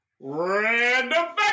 Random